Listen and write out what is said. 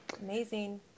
Amazing